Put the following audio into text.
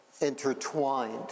intertwined